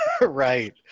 Right